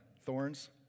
Thorns